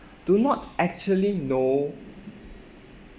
do not actually know